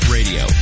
Radio